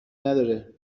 نداره